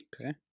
Okay